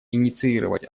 инициировать